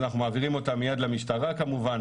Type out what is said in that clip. אנחנו מעבירים אותם מיד למשטרה כמובן,